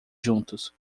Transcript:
juntos